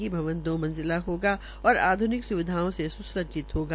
यह भवन दो मंजिला होगा और आध्रनिक स्रविधाओं से स्रसज्जित होगा